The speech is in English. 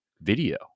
video